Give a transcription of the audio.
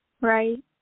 Right